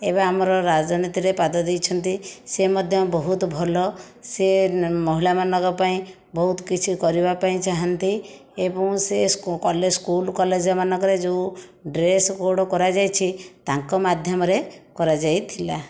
ଏବେ ଆମର ରାଜନୀତିରେ ପାଦ ଦେଇଛନ୍ତି ସେ ମଧ୍ୟ ବହୁତ ଭଲ ସିଏ ମହିଳାମାନଙ୍କ ପାଇଁ ବହୁତ କିଛି କରିବା ପାଇଁ ଚାହାଁନ୍ତି ଏବଂ ସିଏ କଲେଜ ସ୍କୁଲ କଲେଜମାନଙ୍କରେ ଯେଉଁ ଡ୍ରେସ୍ କୋଡ଼ କରାଯାଇଛି ତାଙ୍କ ମାଧ୍ୟମରେ କରାଯାଇଥିଲା